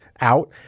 out